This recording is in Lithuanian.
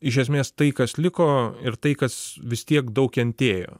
iš esmės tai kas liko ir tai kas vis tiek daug kentėjo